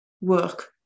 work